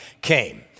came